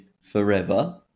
forever